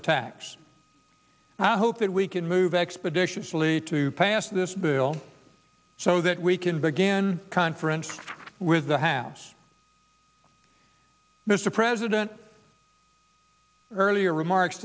attacks i hope that we can move expeditiously to pass this bill so that we can begin conference with the house mr president earlier remarks